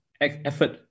effort